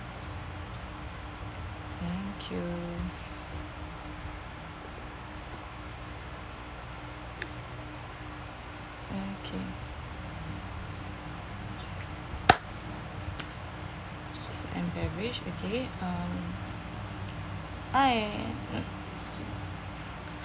thank you okay and beverage okay uh hi